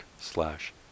slash